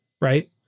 Right